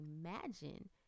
imagine